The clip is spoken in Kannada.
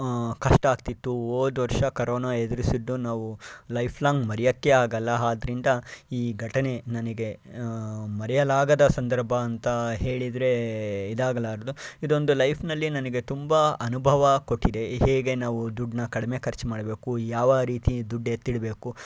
ಕಷ್ಟಾ ಆಗ್ತಿತ್ತು ಹೋದ್ವರ್ಷ ಕರೋನಾ ಎದುರಿಸಿದ್ದೆವು ನಾವು ಲೈಫ್ ಲಾಂಗ್ ಮರೆಯೋಕ್ಕೆ ಆಗಲ್ಲ ಆದ್ದರಿಂದ ಈ ಘಟನೆ ನನಗೆ ಮರೆಯಲಾಗದ ಸಂದರ್ಭ ಅಂತ ಹೇಳಿದರೆ ಇದು ಆಗಲಾರದು ಇದೊಂದು ಲೈಫ್ನಲ್ಲಿ ನನಗೆ ತುಂಬ ಅನುಭವ ಕೊಟ್ಟಿದೆ ಹೇಗೆ ನಾವು ದುಡ್ಡನ್ನ ಕಡಿಮೆ ಖರ್ಚು ಮಾಡಬೇಕು ಯಾವ ರೀತಿ ದುಡ್ಡು ಎತ್ತಿಡಬೇಕು